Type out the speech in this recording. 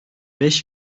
beş